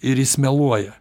ir jis meluoja